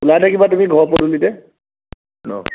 ওলাই থাকিবা তুমি ঘৰৰ পদূলিতে